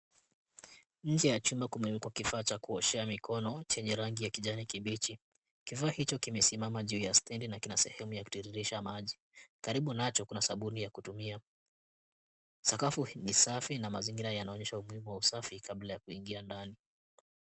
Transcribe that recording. Inje ya chumba kumewekwa kifaa cha kuoshea mikono chenye rangi ya kijani kibichi. Kifaa hicho kimesimama juu ya stendi na kina sehemu ya kutiririsha maji. Karibu nacho kuna sabuni ya kutumia. Sakafu ni safi na mazingira yanaonyesha umuhimu wa usafi kabla ya kuingia ndani.